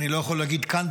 אני לא יכול להגיד שכאן,